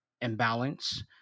imbalance